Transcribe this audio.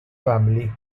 family